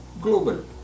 global